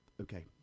Okay